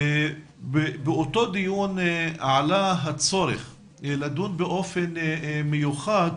באותו דיון עלה הצורך לדון באופן מיוחד